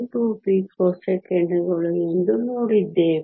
2 ಪಿಕೋಸೆಕೆಂಡುಗಳು ಎಂದು ನೋಡಿದ್ದೇವೆ